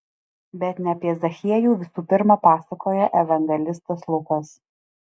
bet ne apie zachiejų visų pirma pasakoja evangelistas lukas